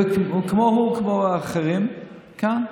כמו האחרים כאן,